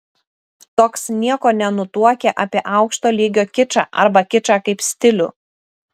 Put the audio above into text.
toks nieko nenutuokia apie aukšto lygio kičą arba kičą kaip stilių